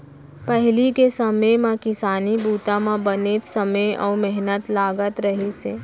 पहिली के समे म किसानी बूता म बनेच समे अउ मेहनत लागत रहिस हे